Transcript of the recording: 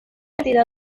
entidad